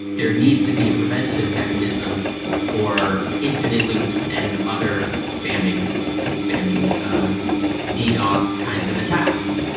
there needs to be a preventative mechanism for infinite loops and other spamming spamming ddos kinds of attacks,